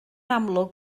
amlwg